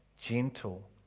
gentle